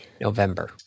November